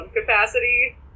capacity